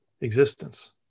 existence